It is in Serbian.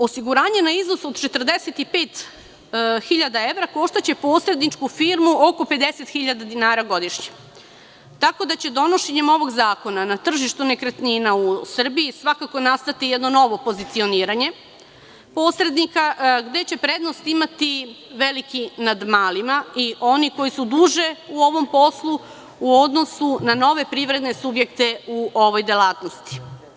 Osiguranje na iznos od 45 hiljada evra koštaće posredničku firmu oko 50 hiljada dinara godišnje, tako da će donošenjem ovog zakona na tržištu nekretnina u Srbiji svakako nastati jedno novo pozicioniranje posrednika, gde će prednost imati veliki nad malima i oni koji su duže u ovom poslu u odnosu na nove privredne subjekte u ovoj delatnosti.